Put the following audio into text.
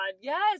Yes